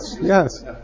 yes